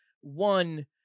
One